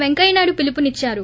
పెంకయ్య నాయుడు పిలుపు ఇచ్చారు